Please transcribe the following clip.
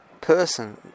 person